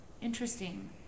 Interesting